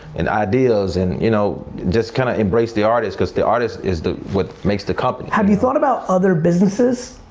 and ideas and you know just kind of embrace the artist, cause the artist is what makes the company. have you thought about other businesses?